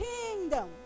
kingdom